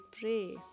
pray